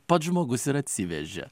pats žmogus ir atsivežė